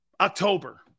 October